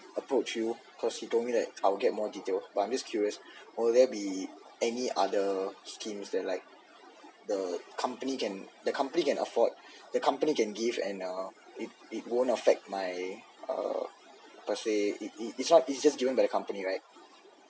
approach you cause he told me that I will get more detail but I'm just curious will there be any other schemes that like the company can the company can afford the company can give and it won't affect my uh per say it's not it's not just given by the company right